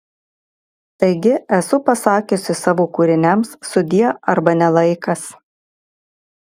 taigi esu pasakiusi savo kūriniams sudie arba ne laikas